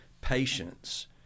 patience